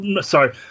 sorry